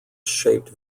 shaped